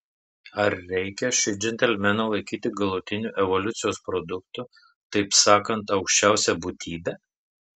ar reikia šį džentelmeną laikyti galutiniu evoliucijos produktu taip sakant aukščiausia būtybe